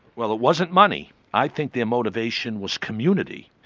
well it wasn't money. i think their motivation was community.